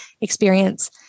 experience